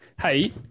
Hey